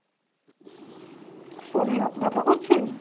শরীর অতো ব্যথা করছে